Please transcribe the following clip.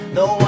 no